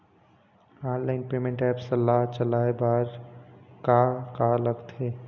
Online payment apps ला चलाए बार का का लगथे?